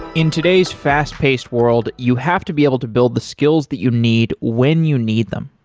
in today's fast-paced world, you have to be able to build the skills that you need when you need them.